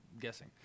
guessing